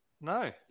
No